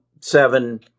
seven